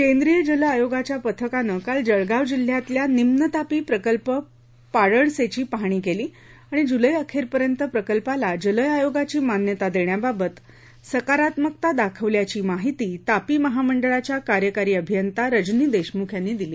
केंद्रीय जलआयोगाच्या पथकाने काल जळगाव जिल्ह्यातल्या निम्न तापी प्रकल्प पाडळसेची पाहणी केली आणि ज्लैअखेरपर्यंत प्रकल्पाला जलआयोगाची मान्यता देण्याबाबत सकारात्मकता दाखवल्याची माहिती तापी महामंडळाच्या कार्यकारी अभियंता रजनी देशमुख यांनी दिली